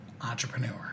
Entrepreneur